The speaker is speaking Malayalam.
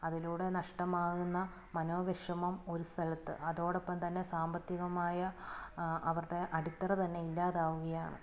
അതിലൂടെ നഷ്ടമാകുന്ന മനോവിഷമം ഒരു സ്ഥലത്ത് അതോടൊപ്പം തന്നെ സാമ്പത്തികമായ അവരുടെ അടിത്തറ തന്നെ ഇല്ലാതാവുകയാണ്